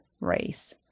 race